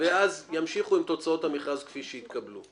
ואז ימשיכו עם תוצאות המכרז כפי שהתקבלו.